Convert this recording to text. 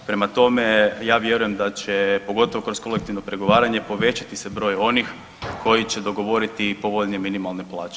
Prema tome, ja vjerujem da će pogotovo kroz kolektivno pregovaranje povećati se broj onih koji će dogovoriti povoljnije minimalne plaće.